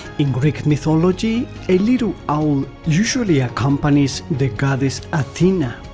in greek mythology, a little owl usually accompanies the goddess athena,